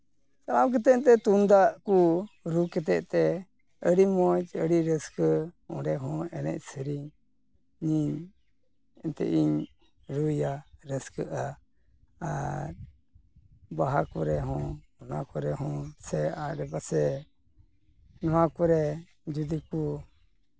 ᱪᱟᱞᱟᱣ ᱠᱟᱛᱮᱫ ᱮᱱᱛᱮᱫ ᱛᱩᱢᱫᱟᱜ ᱠᱚ ᱨᱩ ᱠᱟᱛᱮᱫ ᱛᱮ ᱟᱹᱰᱤ ᱢᱚᱡᱽ ᱟᱹᱰᱤ ᱨᱟᱹᱥᱠᱟᱹ ᱚᱸᱰᱮ ᱦᱚᱸ ᱮᱱᱮᱡ ᱥᱮᱨᱮᱧ ᱤᱧ ᱮᱱᱛᱮᱫ ᱤᱧ ᱨᱩᱭᱟ ᱨᱟᱹᱥᱠᱟᱹᱜᱼᱟ ᱟᱨ ᱵᱟᱦᱟ ᱠᱚᱨᱮ ᱦᱚᱸ ᱚᱱᱟ ᱠᱚᱨᱮ ᱦᱚᱸ ᱥᱮ ᱟᱰᱮᱯᱟᱥᱮ ᱱᱚᱣᱟ ᱠᱚᱨᱮ ᱡᱩᱫᱤ ᱠᱚ